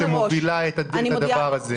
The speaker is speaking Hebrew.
את היד הפוליטית שמובילה את הדבר הזה.